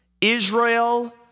Israel